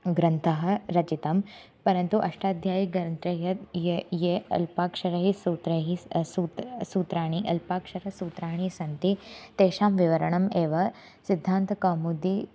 ग्रन्थः रचितः परन्तु अष्टाध्यायी ग्रन्थे यद् ये ये अल्पाक्षरैः सूत्रैः स् सूाणित्र सूत्राणि अल्पाक्षरसूत्राणि सन्ति तेषां विवरणम् एव सिद्धान्तकौमुदी